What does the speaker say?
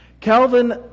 Calvin